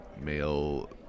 male